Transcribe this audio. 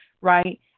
right